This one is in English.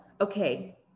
okay